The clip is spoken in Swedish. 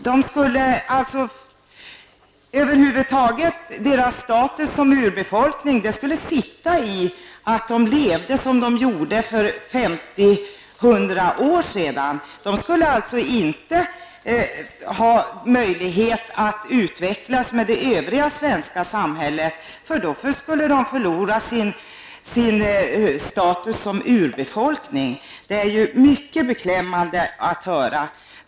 Deras status som urbefolkning skulle sitta i att de levde som de gjorde för femtio eller hundra år sedan. De skulle alltså inte ha möjlighet att utvecklas med det övriga svenska samhället, eftersom de då skulle förlora sin status som urbefolkning. Det är mycket beklämmande att höra.